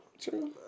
true